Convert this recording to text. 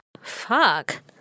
Fuck